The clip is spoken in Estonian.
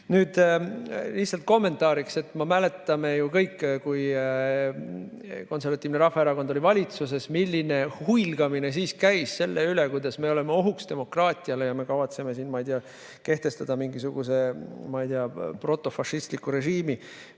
sinna. Lihtsalt kommentaariks. Me mäletame ju kõik, et kui Konservatiivne Rahvaerakond oli valitsuses, milline huilgamine siis käis selle üle, kuidas me oleme ohuks demokraatiale ja et me kavatseme kehtestada mingisuguse, ma ei tea, protofašistliku režiimi.